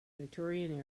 victorian